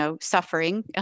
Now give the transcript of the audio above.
suffering